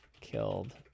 killed